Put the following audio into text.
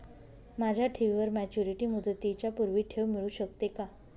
माझ्या ठेवीवर मॅच्युरिटी मुदतीच्या पूर्वी ठेव मिळू शकते का?